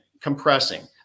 compressing